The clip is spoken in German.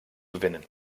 gewinnen